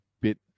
bit